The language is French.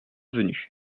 venue